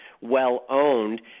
well-owned